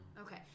Okay